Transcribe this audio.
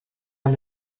amb